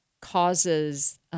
causes